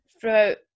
throughout